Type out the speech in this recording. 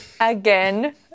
Again